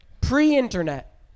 pre-internet